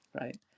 right